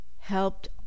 helped